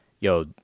Yo